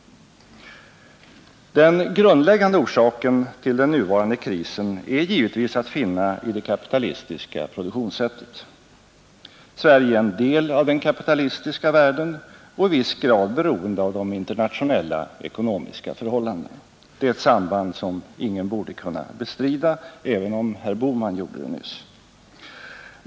Den grundläggande orsaken till den nuvarande krisen är givetvis att finna i det kapitalistiska produktionssättet. Sverige är en del av den kapitalistiska världen och i viss grad beroende av de internationella ekonomiska förhållandena. Det är ett samband, som ingen torde kunna bestrida, även om herr Bohman gjorde det nyss.